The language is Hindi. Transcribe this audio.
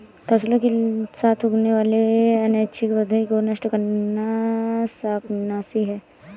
फसलों के साथ उगने वाले अनैच्छिक पौधों को नष्ट करना शाकनाशी है